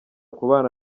kubana